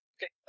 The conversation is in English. Okay